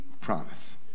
promise